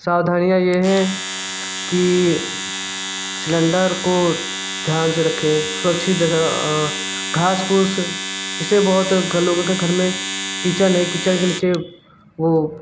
सावधानियाँ यह हैं कि सिलेंडर को ध्यान से रखें सुरक्षित जगह घासफूस जैसे बहुत घल लोगों के घर में किचन है किचन के नीचे वह